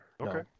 Okay